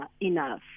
enough